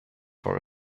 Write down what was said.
for